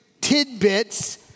tidbits